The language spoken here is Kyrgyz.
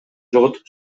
жоготуп